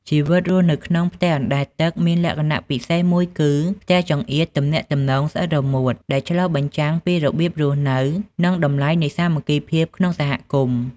ជីវិតរស់នៅក្នុងផ្ទះអណ្ដែតទឹកមានលក្ខណៈពិសេសមួយគឺ "ផ្ទះចង្អៀត ទំនាក់ទំនងស្អិតរមួត" ដែលឆ្លុះបញ្ចាំងពីរបៀបរស់នៅ និងតម្លៃនៃសាមគ្គីភាពក្នុងសហគមន៍។